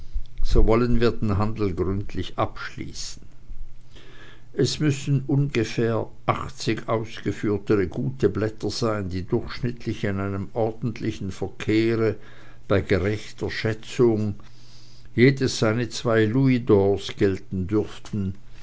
so wollen wir den handel gründlich abschließen es müssen ungefähr achtzig ausgeführtere gute blätter sein die durchschnittlich in einem ordentlichen verkehre bei gerechter schätzung jedes seine zwei louisdors gelten dürften